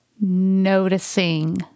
noticing